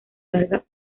larga